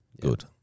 Good